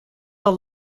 wel